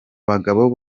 bagabo